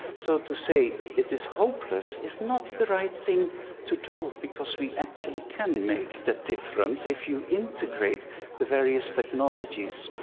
so to say it is hopeless is not the right thing to do, because we actually can make that difference if you integrate the various technologies.